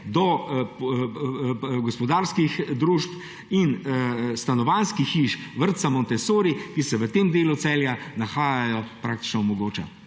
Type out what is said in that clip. do gospodarskih družb in stanovanjskih hiš, vrtca Montessori, ki se v tem delu Celja nahajajo, praktično omogoča.